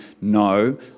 no